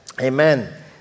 Amen